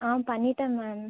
ஆ பண்ணிவிட்டேன் மேம்